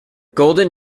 golden